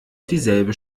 dieselbe